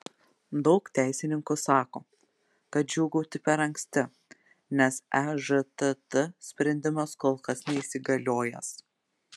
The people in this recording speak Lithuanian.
daug teisininkų sako kad džiūgauti per anksti nes ežtt sprendimas kol kas neįsigaliojęs